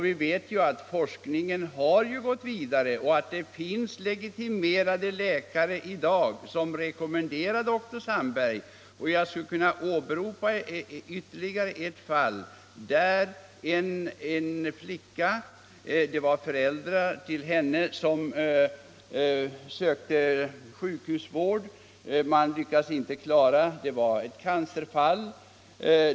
Vi vet att forskningen har gått vidare och att det finns legitimerade läkare i vårt land som rekommenderar dr Sandberg. Jag kan åberopa ytterligare ett fall, där föräldrarna till en flicka sökte sjukhusvård för flickan. Det var ett cancerfall.